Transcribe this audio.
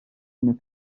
una